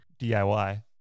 DIY